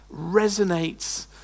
resonates